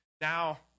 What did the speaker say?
now